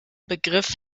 begriff